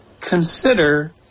consider